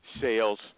sales